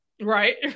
Right